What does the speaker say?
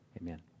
amen